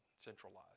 centralized